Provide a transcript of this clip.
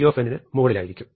gന് മുകളിലായിരിക്കും